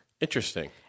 Interesting